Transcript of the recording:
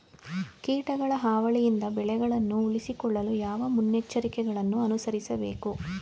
ಕೀಟಗಳ ಹಾವಳಿಯಿಂದ ಬೆಳೆಗಳನ್ನು ಉಳಿಸಿಕೊಳ್ಳಲು ಯಾವ ಮುನ್ನೆಚ್ಚರಿಕೆಗಳನ್ನು ಅನುಸರಿಸಬೇಕು?